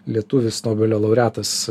lietuvis nobelio laureatas